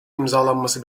imzalanması